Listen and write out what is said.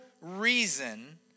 reason